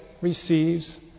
receives